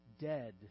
dead